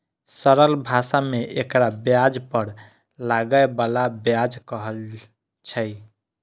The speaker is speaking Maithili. सरल भाषा मे एकरा ब्याज पर लागै बला ब्याज कहल छै